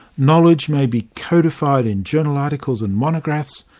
knowledge may be codified in journal articles and monographs,